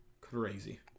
crazy